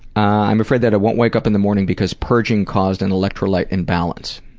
i'm afraid that i won't wake up in the morning because purging caused an electrolyte imbalance.